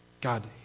God